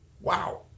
wow